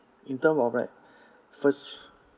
in terms of that first